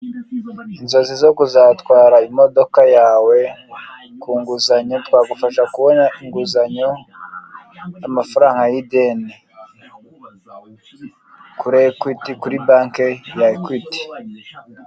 Inzozi zo kuzatwara imodoka yawe ku nguzanyo twagufasha kubona inguzanyo amafaranga y'ideni kuri ekwiti kuri banke ya ekwiti.